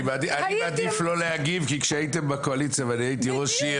אני מעדיף לא להגיב כי כשהייתם בקואליציה ואני הייתי ראש עיר